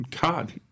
God